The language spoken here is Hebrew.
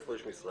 איפה יש משרד?